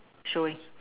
throwing